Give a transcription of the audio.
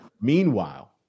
Meanwhile